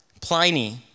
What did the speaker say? Pliny